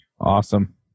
Awesome